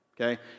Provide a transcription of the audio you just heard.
Okay